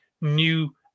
new